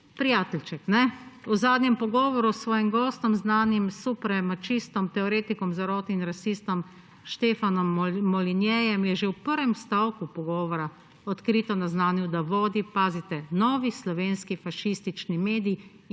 prijateljček – ne? V zadnjem pogovoru s svojim gostom, znanim supremačistom, teoretikom zarote in rasistom Stefanom Molyneuxem je že v prvem stavku pogovora odkrito naznanil, da vodi, pazite, novi slovenski fašistični medij,